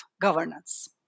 governance